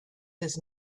his